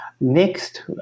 next